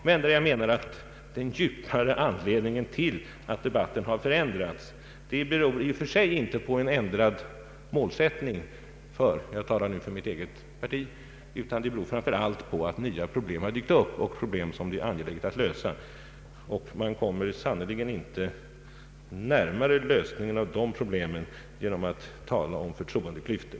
Men jag anser att den djupare anledningen till att debatten förändrats i och för sig inte är en ändrad målsättning — jag talar nu för mitt eget parti — utan framför allt att nya problem dykt upp, som det är angeläget att lösa. Man kommer sannerligen inte närmare lösningarna av de problemen genom att tala om förtroendeklyftor.